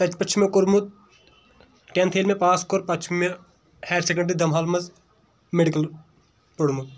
تتہِ پٮ۪ٹھ چھُ مےٚ کوٚرمُت ٹٮ۪نتھ ییٚلہِ مےٚ پاس کوٚر پتہٕ چھُ مےٚ ہایر سکنڈری دمہال منٛز میڈکل پوٚرمُت